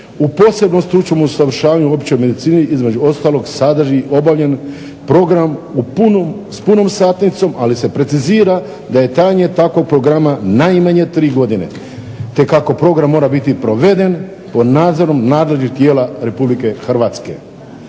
u posebnom stručnom usavršavanju u općoj medicini između ostalo sadrži i obavljen program s punom satnicom. Ali se precizira da je trajanje takvog programa najmanje tri godine, te kako program mora biti proveden pod nadzorom nadležnih tijela Republike Hrvatske.